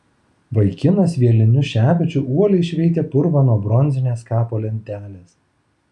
vaikinas vieliniu šepečiu uoliai šveitė purvą nuo bronzinės kapo lentelės